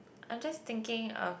I'm just thinking of